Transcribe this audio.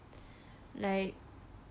like